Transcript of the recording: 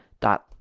dot